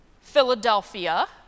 Philadelphia